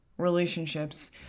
relationships